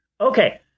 Okay